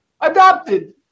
adopted